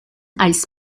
als